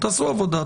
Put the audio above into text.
תעשו עבודה,